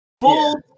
full